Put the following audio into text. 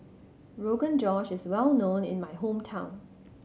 Rogan Josh is well known in my hometown